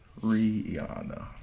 Rihanna